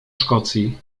szkocji